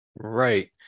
Right